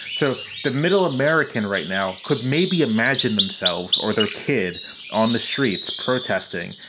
so the middle american right now could maybe imagine themselves or their kid on the streets protesting.